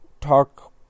Talk